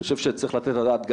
אני חושב שצריך לתת את הדעת,